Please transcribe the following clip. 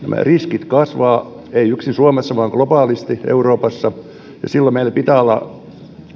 riskit kasvavat ei yksin suomessa vaan globaalisti euroopassa ja silloin meillä pitää olla